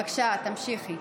בבקשה, תמשיכי.